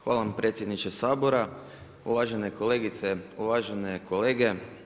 Hvala vam predsjedniče Sabora, uvažene kolegice, uvažene kolege.